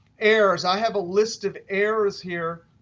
errors, i have a list of errors here.